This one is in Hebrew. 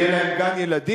יהיה להם גן-ילדים?